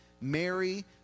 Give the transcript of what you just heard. Mary